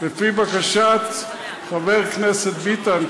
לפי בקשת חבר הכנסת ביטן,